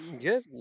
Good